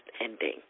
ending